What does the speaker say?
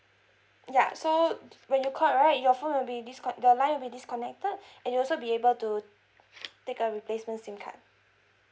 ya so when you call right your phone will be discon~ the line will be disconnected and you'll also be able to take a replacement SIM card